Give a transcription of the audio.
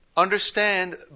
understand